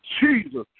Jesus